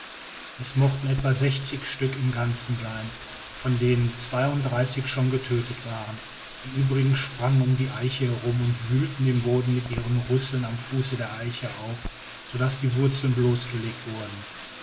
es mochten etwa sechzig stück im ganzen sei von denen zweiunddreißig schon getödtet waren die übrigen sprangen um die eiche herum und wühlten den boden mit ihren rüsseln am fuße der eiche auf sodaß die wurzeln bloßgelegt wurden